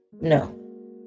No